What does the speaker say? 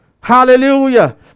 Hallelujah